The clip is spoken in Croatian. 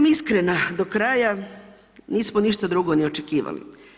Da iskrena do kraja, nismo ništa drugo ni očekivali.